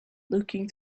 looking